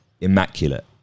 immaculate